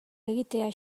egitea